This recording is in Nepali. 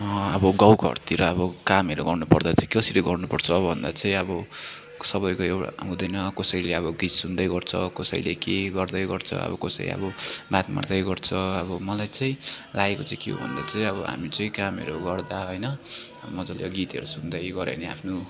अब गाउँघरतिर अब कामहरू गर्नुपर्दा चाहिँ कसरी गर्नुपर्छ भन्दा चाहिँ अब सबैहरूको एउटा हुँदैन कसैले अब गीत सुन्दै गर्छ कसैले के गर्दै गर्छ अब कसै अब बात मार्दै गर्छ अब मलाई चाहिँ लागेको चाहिँ के हो भन्दा चाहिँ अब हामी चाहिँ कामहरू गर्दा होइन मजाले गीतहरू सुन्दै गऱ्यो भने आफ्नो